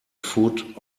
foot